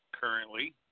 currently